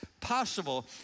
possible